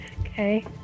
Okay